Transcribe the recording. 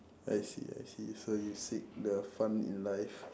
I see I see so you seek the fun in life